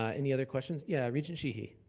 ah any other questions? yeah, regent sheehy.